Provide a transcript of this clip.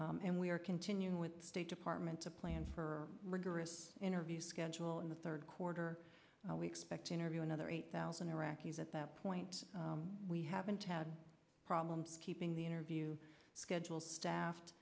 and we are continuing with the state department to plan for rigorous interview schedule in the third quarter we expect to interview another eight thousand iraqis at that point we haven't had problems keeping the interview schedule staffed